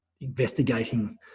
investigating